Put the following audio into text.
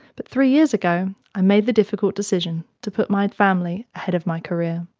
but three years ago i made the difficult decision to put my family ahead of my career.